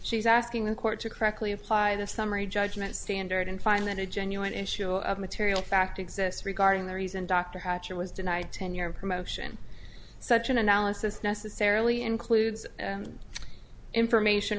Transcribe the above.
she's asking the court to correctly apply the summary judgment standard and find that a genuine and show of material fact exists regarding the reason dr hatcher was denied tenure and promotion such an analysis necessarily includes information